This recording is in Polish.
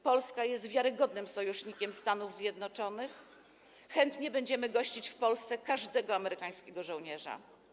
Polska jest wiarygodnym sojusznikiem Stanów Zjednoczonych, chętnie będziemy gościć w Polsce każdego amerykańskiego żołnierza.